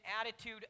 attitude